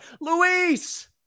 Luis